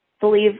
believe